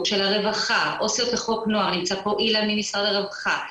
של הרווחה עו"סיות לחוק הנוער נמצא פה אילן ממשרד הרווחה,